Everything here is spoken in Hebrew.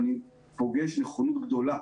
אני פוגש נכונות גדולה